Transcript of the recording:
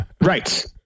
right